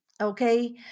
okay